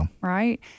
Right